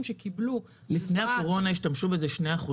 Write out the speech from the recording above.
שקיבלו --- לפני הקורונה השתמשו בזה 2%,